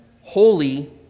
holy